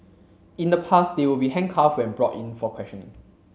in the past they would be handcuffed when brought in for questioning